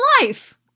life